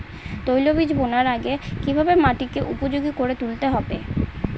তৈলবীজ বোনার আগে কিভাবে মাটিকে উপযোগী করে তুলতে হবে?